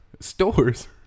Stores